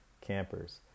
campers